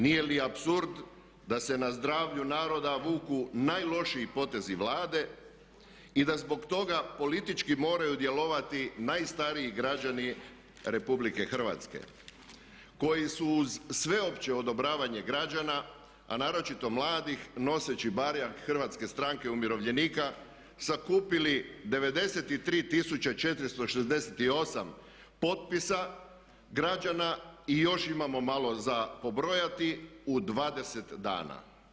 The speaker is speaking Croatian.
Nije li apsurd da se na zdravlju naroda vuku najlošiji potezi Vlade i da zbog toga politički moraju djelovati najstariji građani RH koji su uz sveopće odobravanje građana a naročito mladih noseći barjak Hrvatske stranke umirovljenika sakupili 93 468 potpisa građana i još imamo malo za pobrojati u 20 dana.